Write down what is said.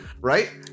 right